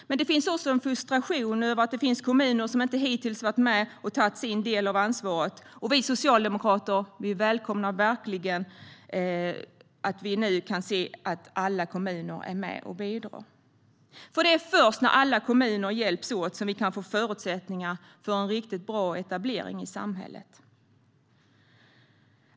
Men det finns också en frustration över att det finns kommuner som inte hittills varit med och tagit sin del av ansvaret. Vi socialdemokrater välkomnar verkligen att vi nu kan se att alla kommuner är med och bidrar. Det är först när alla kommuner hjälps åt som vi kan få förutsättningar för en riktigt bra etablering i samhället.